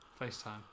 FaceTime